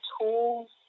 tools